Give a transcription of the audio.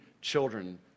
children